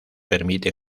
permite